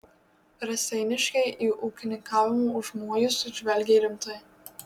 raseiniškiai į ūkininkavimo užmojus žvelgė rimtai